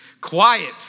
quiet